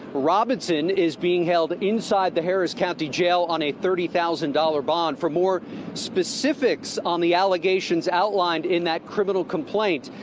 robinson is being held inside the harris county jail on a thirty thousand dollars bond. for more specifics on the allegations outlined in that criminal complaint,